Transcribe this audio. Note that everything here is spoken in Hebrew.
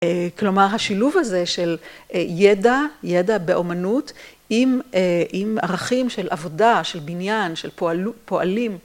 כלומר השילוב הזה של ידע, ידע באמנות עם...עם ערכים של עבודה, של בניין, של פועל...פועלים.